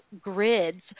grids